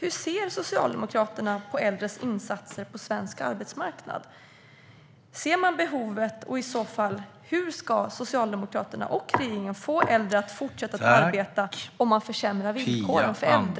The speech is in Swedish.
Hur ser Socialdemokraterna på äldres insatser på svensk arbetsmarknad? Ser man behovet? I så fall, hur ska Socialdemokraterna och regeringen få äldre att fortsätta arbeta om man försämrar villkoren för äldre?